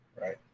Right